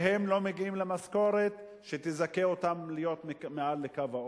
והם לא מגיעים למשכורת שתזכה אותם להיות מעל קו העוני,